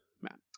Matt